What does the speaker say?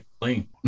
clean